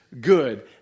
good